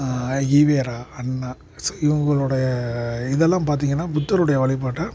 Evera Anna so இவங்களுடைய இதெல்லாம் பார்த்தீங்கனா புத்தருடைய வழிபாட்ட